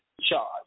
Charge